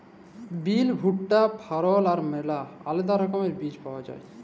বিল, ভুট্টা, ফারল আর ম্যালা আলেদা রকমের বীজ পাউয়া যায়